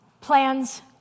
Plans